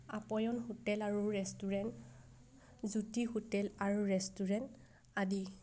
আপয়ন hotel আৰু restaurant Jyoti hotel আৰু restaurant আদি